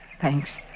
Thanks